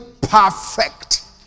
perfect